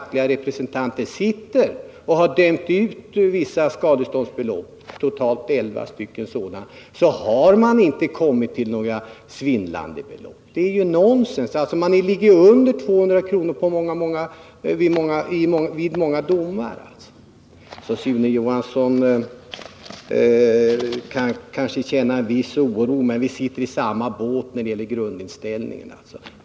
fackliga representanter sitter med — när den har dömt ut vissa skadeståndsbelopp, totalt 11 stycken, inte har kommit till några svindlande belopp. Man ligger under 200 kr. i många domar. Sune Johansson! Vi sitter i samma båt när det gäller grundinställningen till skadeståndsfrågor.